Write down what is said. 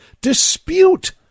dispute